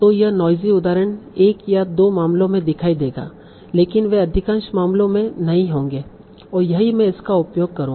तो यह नोइज़ी उदाहरण एक या 2 मामलों में दिखाई देगा लेकिन वे अधिकांश मामलों में नहीं होंगे और यही मैं इसका उपयोग करूंगा